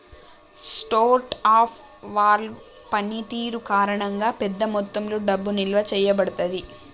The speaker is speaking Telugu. స్టోర్ ఆఫ్ వాల్వ్ పనితీరు కారణంగా, పెద్ద మొత్తంలో డబ్బు నిల్వ చేయబడతాది